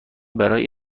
برای